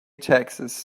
taxes